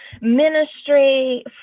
ministry